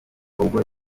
ubwo